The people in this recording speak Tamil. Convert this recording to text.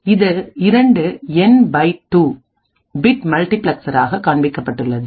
இது இரண்டு என் பை டு பிட் மல்டிபிளக்ஸ்ஸராக காண்பிக்கப்பட்டுள்ளது